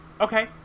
okay